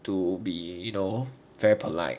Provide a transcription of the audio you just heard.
to be you know very polite